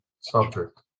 subject